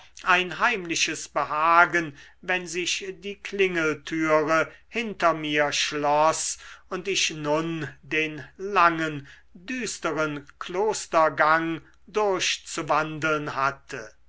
ein heimliches behagen wenn sich die klingeltüre hinter mir schloß und ich nun den langen düsteren klostergang durchzuwandeln hatte